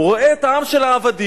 הוא רואה את העם של העבדים,